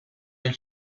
nel